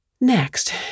Next